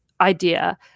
idea